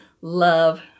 love